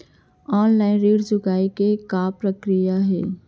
Online ऋण चुकोय के का प्रक्रिया हे?